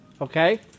okay